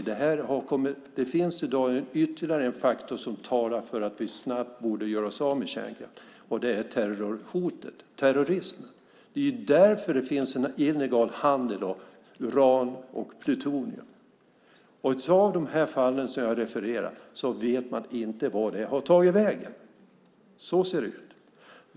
Det finns i dag ytterligare en faktor som talar för att vi snabbt borde göra oss av med kärnkraften, nämligen terrorismen och terrorhotet. Det är därför det finns en illegal handel med uran och plutonium. I de fall som jag refererar till vet man inte vart det har tagit vägen. Så ser det ut.